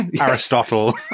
Aristotle